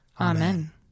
Amen